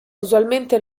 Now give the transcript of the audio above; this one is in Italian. usualmente